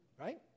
Right